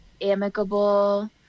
Amicable